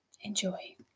Enjoy